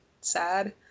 sad